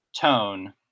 tone